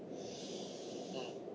mm